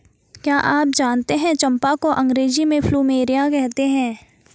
क्या आप जानते है चम्पा को अंग्रेजी में प्लूमेरिया कहते हैं?